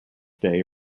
day